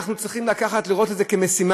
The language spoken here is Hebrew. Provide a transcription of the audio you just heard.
אנחנו צריכים לקחת ולראות את זה כמשימה,